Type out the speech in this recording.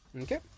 Okay